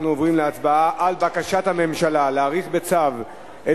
אנחנו עוברים להצבעה על בקשת הממשלה להאריך בצו את